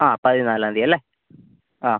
ആ പതിനാലാന്തിയല്ലെ ആ